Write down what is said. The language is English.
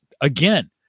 Again